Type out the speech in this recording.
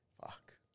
fuck